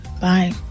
Bye